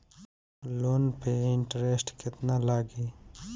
Loan पे interest केतना लागी?